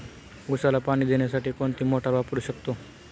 उसाला पाणी देण्यासाठी कोणती मोटार वापरू शकतो?